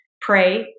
pray